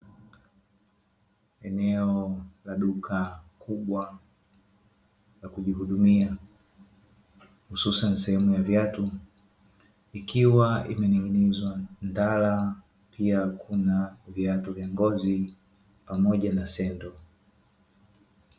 Eneo la duka kubwa lakuhudumia hususani sehemu ya viatu, ikiwa imening'inizwa ndala pia kuna viatu vya ngozi pamoja na sendo.